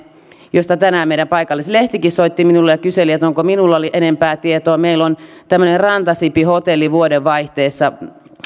josta tänään meidän paikallislehtikin soitti minulle ja kyseli onko minulla enempää tietoa meillä on tämmöinen rantasipi hotelli vuodenvaihteessa